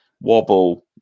wobble